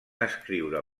escriure